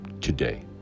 today